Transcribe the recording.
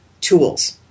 tools